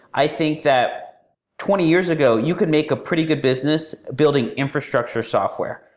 i think that twenty years ago you could make a pretty good business building infrastructure software.